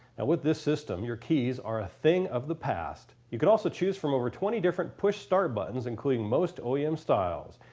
and with this system your keys are a thing of the past. you can also choose from over twenty different push start buttons, including most oem styles.